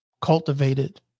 cultivated